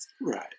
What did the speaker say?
Right